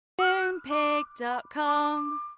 Moonpig.com